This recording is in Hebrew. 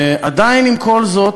ועדיין, עם כל זאת,